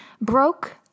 broke